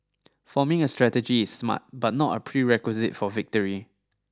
forming a strategy is smart but not a prerequisite for victory